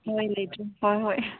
ꯍꯣꯏ ꯂꯩꯇ꯭ꯔꯦ ꯍꯣꯏ ꯍꯣꯏ